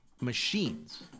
Machines